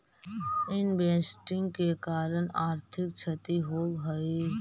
investing के कारण आर्थिक क्षति होवऽ हई